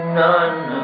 none